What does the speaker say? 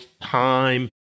time